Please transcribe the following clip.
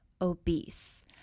obese